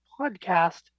podcast